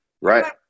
Right